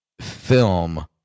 film